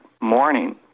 morning